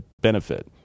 benefit